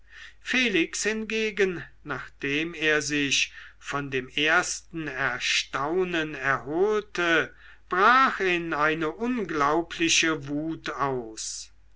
felix hingegen nachdem er sich von dem ersten erstaunen erholt hatte brach in eine unglaubliche wut aus